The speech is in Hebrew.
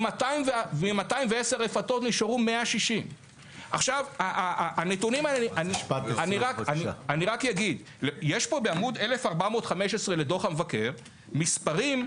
מ-10 רפתות נשארו 160. בעמוד 1415 לדוח המבקר יש מספרים,